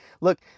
Look